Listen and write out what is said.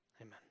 Amen